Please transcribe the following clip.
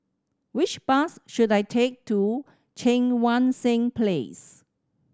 which bus should I take to Cheang Wan Seng Place